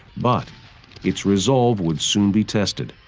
but its resolve would soon be tested,